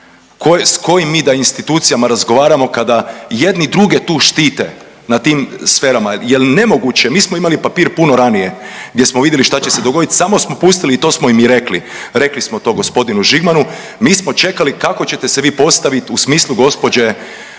S kojim mi da institucijama razgovaramo kada jedni druge tu štite na tim sferama jer nemoguće mi smo imali papir puno ranije gdje smo vidjeli šta će se dogodit, samo smo pustili i to smo im i rekli. Rekli smo to gospodinu Žimanu, mi smo čekali kako ćete se vi postaviti u smislu gospođe